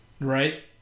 Right